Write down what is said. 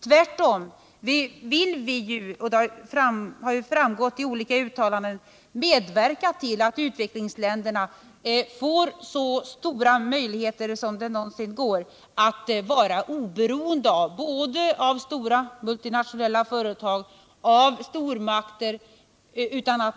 Tvärtom vill vi, som framgått av olika uttalanden, medverka till att utvecklingsländerna får så stora möjligheter som det någonsin går att åstadkomma att vara oberoende både av stora multinationella företag och av stormakter.